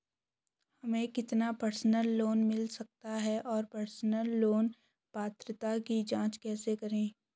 हमें कितना personal loan मिल सकता है और पर्सनल लोन पात्रता की जांच कैसे करें?